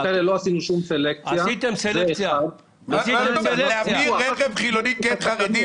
הם היו צריכים להעלות בכל מיני דרכים חלופות,